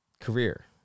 career